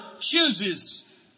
chooses